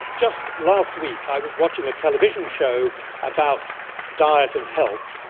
just last week i was watching a television show about diet and health,